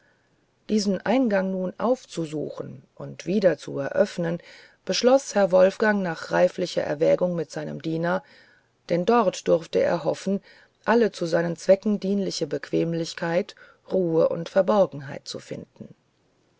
diesen eingang nun aufzusuchen und wieder zu eröffnen beschloß herr wolfgang nach reiflicher erwägung mit seinem diener denn dort durfte er hoffen alle zu seinem zweck dienliche bequemlichkeit ruhe und verborgenheit zu finden